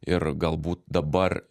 ir galbūt dabar